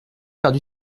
perdu